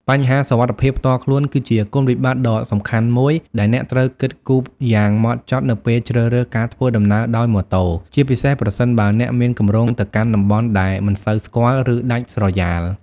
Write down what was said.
បញ្ហាសុវត្ថិភាពផ្ទាល់ខ្លួន គឺជាគុណវិបត្តិដ៏សំខាន់មួយដែលអ្នកត្រូវគិតគូរយ៉ាងម៉ត់ចត់នៅពេលជ្រើសរើសការធ្វើដំណើរដោយម៉ូតូ ជាពិសេសប្រសិនបើអ្នកមានគម្រោងទៅកាន់តំបន់ដែលមិនសូវស្គាល់ ឬដាច់ស្រយាល។